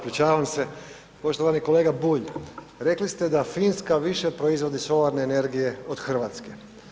Poštovani kolega Bulj, rekli ste da Finska više proizvodi solarne energije od Hrvatske.